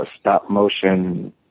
stop-motion